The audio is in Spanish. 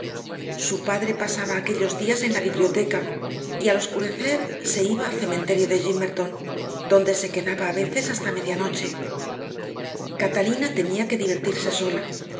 su padre pasaba aquellos días en la biblioteca y al oscurecer se iba al cementerio de gimmerton donde se quedaba a veces hasta medianoche catalina tenía que divertirse sola